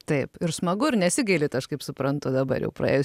taip ir smagu ir nesigailit aš kaip suprantu dabar jau praėjus